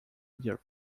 dear